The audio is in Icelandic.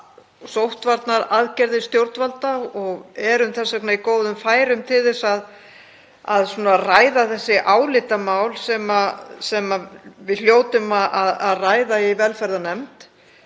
sóttvarnaaðgerðir stjórnvalda og erum þess vegna í góðum færum til að ræða þau álitamál sem við hljótum að ræða í velferðarnefnd.